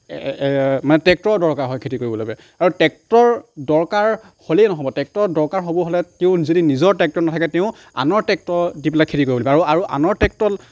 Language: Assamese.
মানে ট্ৰেক্টৰৰ দৰকাৰ হয় খেতি কৰিব লৈকে আৰু ট্ৰেক্টৰ দৰকাৰ হ'লেই নহ'ব ট্ৰেক্টৰ দৰকাৰ হ'ব হ'লে তেওঁৰ যদি নিজৰ ট্ৰেক্টৰ নাথাকে তেওঁ আনৰ ট্ৰেক্টৰ দি পেলাই খেতি কৰিব লাগিব আৰু আৰু আনৰ ট্ৰেক্টৰ